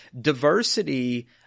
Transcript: Diversity